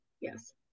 yes